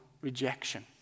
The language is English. rejection